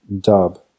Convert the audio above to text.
Dub